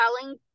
telling